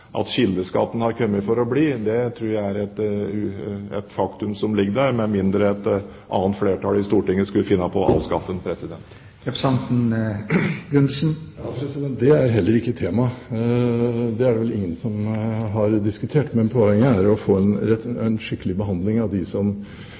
at kildeskatten har kommet for å bli, tror jeg er et faktum som ligger der, med mindre et annet flertall i Stortinget skulle finne på å avskaffe den. Det er heller ikke tema; det er det vel ingen som har diskutert. Poenget er å få en